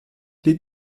les